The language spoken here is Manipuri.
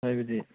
ꯍꯥꯏꯕꯗꯤ